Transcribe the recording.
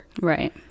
Right